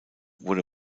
wurde